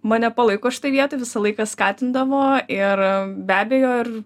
mane palaiko šitoj vietoj visą laiką skatindavo ir be abejo ir